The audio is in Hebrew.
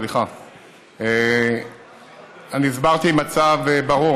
אני הסברתי מצב ברור,